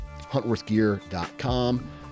HuntworthGear.com